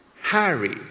Harry